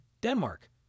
Denmark